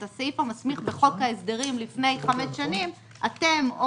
הסעיף המסמיך בחוק ההסדרים לפני חמש שנים אתם,